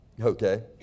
okay